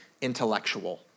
Intellectual